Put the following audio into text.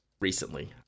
recently